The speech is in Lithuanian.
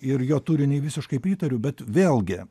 ir jo turiniui visiškai pritariu bet vėlgi